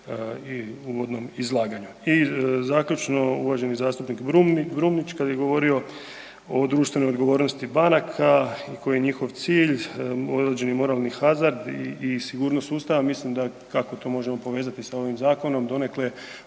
u uvodnom izlaganju. I zaključno, uvaženi zastupnik Brumnić, kad je govorio o društvenoj odgovornosti banaka, koji je njihov cilj, određeni moralni hazard i sigurnost sustava, mislim da je, ako to možemo povezati sa ovim zakonom, donekle